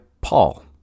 Paul